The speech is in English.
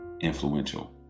influential